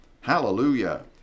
Hallelujah